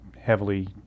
heavily